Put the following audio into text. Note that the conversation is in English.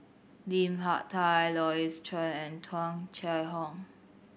Lim Hak Tai Louis Chen and Tung Chye Hong